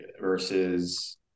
versus –